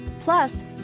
Plus